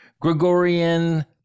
Gregorian